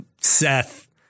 Seth